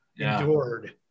endured